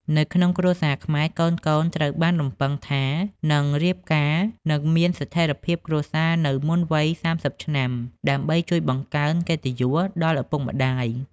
នៅក្នុងគ្រួសារខ្មែរ កូនៗត្រូវបានរំពឹងថានឹងរៀបការ និងមានស្ថិរភាពគ្រួសារនៅមុនវ័យ ៣០ ឆ្នាំ ដើម្បីជួយបង្កើនកិត្តិយសដល់ឪពុកម្តាយ។